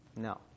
No